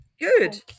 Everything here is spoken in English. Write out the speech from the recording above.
Good